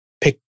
pick